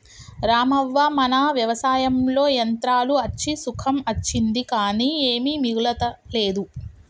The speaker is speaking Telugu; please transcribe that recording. రామవ్వ మన వ్యవసాయంలో యంత్రాలు అచ్చి సుఖం అచ్చింది కానీ ఏమీ మిగులతలేదు